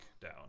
down